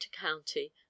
County